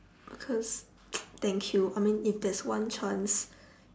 because thank you I mean if there's one chance